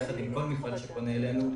המשרד יחד עם כל מפעל שפונה אלינו,